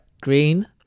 Green